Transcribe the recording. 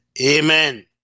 Amen